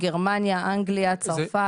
גרמניה, אנגליה, צרפת.